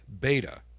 beta